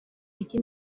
iki